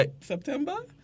September